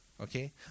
Okay